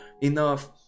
enough